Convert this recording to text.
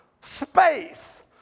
space